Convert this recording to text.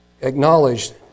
acknowledged